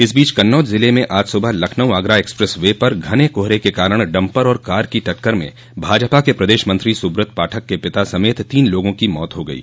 इस बीच कन्नौज जिले में आज सुबह लखनऊ आगरा एक्सप्रेस वे पर घने कोहरे के कारण डम्पर और कार की टक्कर में भाजपा के प्रदेश मंत्री सुब्रत पाठक के पिता समेत तीन लोगों की मौत हो गयी